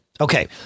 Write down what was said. Okay